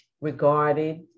regarded